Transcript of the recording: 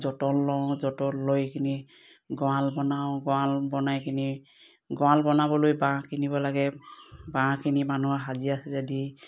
যতন লওঁ যতন লৈ কিনি গঁৰাল বনাওঁ গঁৰাল বনাইকিনি গঁৰাল বনাবলৈ বাঁহ কিনিব লাগে বাঁহখিনি মানুহৰ হাজিৰা চাজিৰা দি